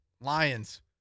lions